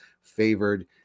favored